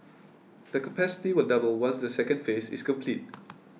the capacity will double once the second phase is complete